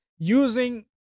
Using